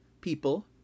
people